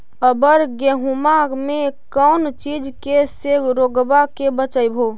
अबर गेहुमा मे कौन चीज के से रोग्बा के बचयभो?